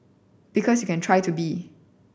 because you can try to be